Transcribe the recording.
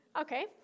Okay